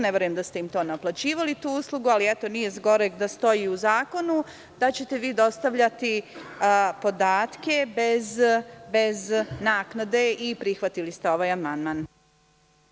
Ne verujem da ste naplaćivali tu uslugu, ali eto nije zgoreg da stoji i u zakonu, da ćete dostavljati podatke bez naknade i prihvatili ste ovaj amandman.